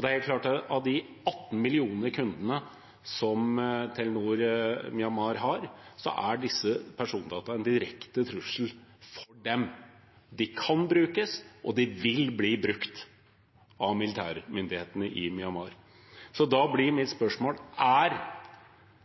Det er helt klart at for de 18 millioner kundene som Telenor Myanmar har, er disse persondataene en direkte trussel. De kan brukes, og de vil bli brukt, av militærmyndighetene i Myanmar. Da blir mitt spørsmål: Har